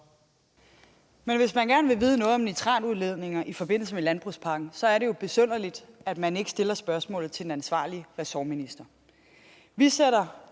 Men hvis man gerne vil vide noget om nitratudledning i forbindelse med landbrugspakken, er det jo besynderligt, at man ikke stiller spørgsmålet til den ansvarlige ressortminister. Som